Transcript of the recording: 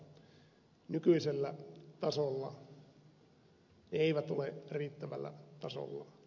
nykyisellä tasolla ne eivät ole riittävällä tasolla